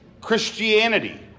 Christianity